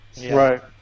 Right